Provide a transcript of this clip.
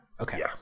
Okay